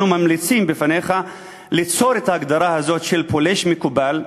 אנחנו ממליצים בפניך ליצור את ההגדרה הזאת של פולש מקובל,